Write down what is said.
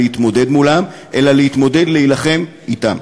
להתמודד מולה אלא להתמודד ולהילחם אתה.